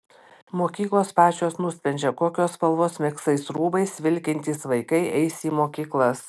mokyklos pačios nusprendžia kokios spalvos megztais rūbais vilkintys vaikai eis į mokyklas